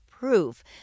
proof